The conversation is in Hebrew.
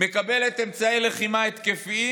מקבלת אמצעי לחימה התקפיים,